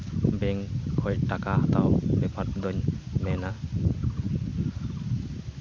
bank ᱠᱷᱚᱡ ᱴᱟᱠᱟ ᱦᱟᱛᱟᱣ ᱵᱮᱯᱟᱨ ᱫᱚᱧ ᱢᱮᱱᱟ